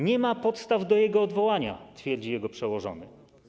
Nie ma podstaw do jego odwołania, jak twierdzi jego przełożony.